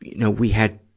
you know we had,